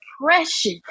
depression